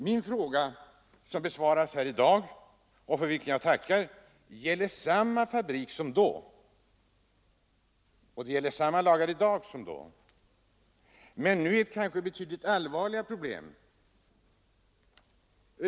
Den fråga som får svar i dag — och för vilket svar jag tackar — berör samma fabrik som då. Det gäller också samma lagar i dag som då. Men nu är det kanske betydligt allvarligare problem.